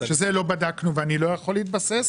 שזה לא בדקנו ואני לא יכול להתבסס,